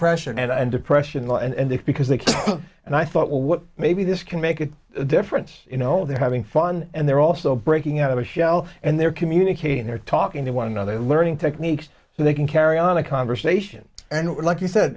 depression and depression and it's because they and i thought well what maybe this can make a difference you know they're having fun and they're also breaking out of a shell and they're communicating they're talking to one another learning techniques so they can carry on a conversation and like you said